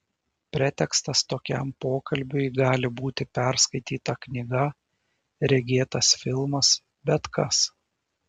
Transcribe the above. pretekstas tokiam pokalbiui gali būti perskaityta knyga regėtas filmas bet kas